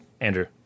Andrew